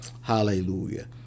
Hallelujah